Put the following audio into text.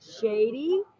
Shady